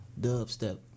dubstep